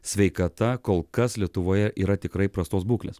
sveikata kol kas lietuvoje yra tikrai prastos būklės